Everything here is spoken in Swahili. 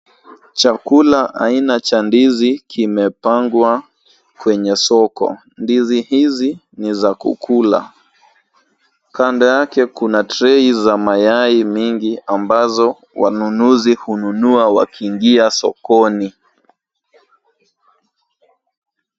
Chakula aina cha ndizi ,kimepangwa kwenye soko. Ndizi hizi, ni za kukula. Kando yake kuna treyi za mayai mengi, ambazo wanunuzi hununua wakiingia sokoni.